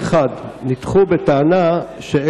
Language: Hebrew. ואנחנו נאפשר לשר כהן ------ לא,